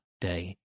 day